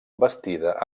bastida